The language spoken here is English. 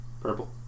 Purple